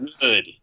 good